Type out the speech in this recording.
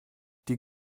die